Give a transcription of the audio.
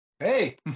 Hey